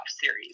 series